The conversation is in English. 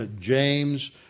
James